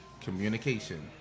communication